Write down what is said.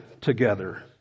together